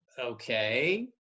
okay